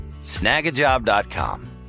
Snagajob.com